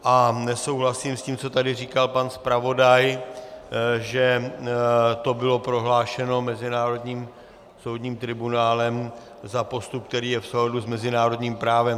A nesouhlasím s tím, co tady říkal pan zpravodaj, že to bylo prohlášeno mezinárodním soudním tribunálem za postup, který je v souladu s mezinárodním právem.